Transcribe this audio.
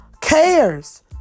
cares